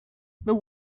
the